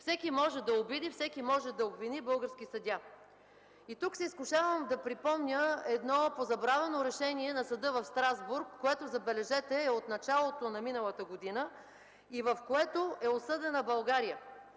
всеки може да обиди, всеки може да обвини български съдия. Тук се изкушавам да припомня едно позабравено решение на съда в Страсбург, което, забележете, е от началото на миналата година и в което България